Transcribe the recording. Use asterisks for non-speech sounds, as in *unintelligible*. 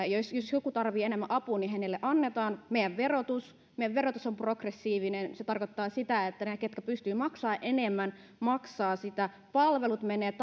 *unintelligible* ja jos joku tarvitsee enemmän apua niin hänelle annetaan meidän verotus on progressiivinen mikä tarkoittaa sitä että ne jotka pystyvät maksamaan enemmän maksavat sitä palvelut menevät *unintelligible*